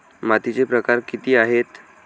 मातीचे प्रकार किती आहेत?